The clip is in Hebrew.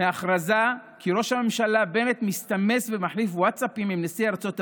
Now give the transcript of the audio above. מההכרזה כי ראש הממשלה בנט מסתמס ומחליף ווטסאפים עם נשיא ארצות הברית,